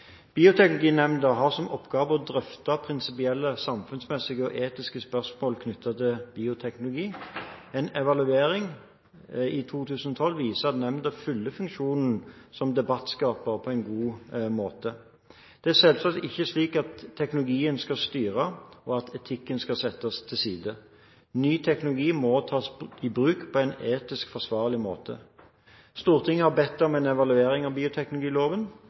Bioteknologinemnda har som oppgave å drøfte prinsipielle samfunnsmessige og etiske spørsmål knyttet til bioteknologi. En evaluering i 2012 viste at nemnda fyller funksjonen som debattskaper på en god måte. Det er selvsagt ikke slik at teknologien skal styre, og at etikken skal settes til side. Ny teknologi må tas i bruk på en etisk forsvarlig måte. Stortinget har bedt om en evaluering av bioteknologiloven.